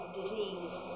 disease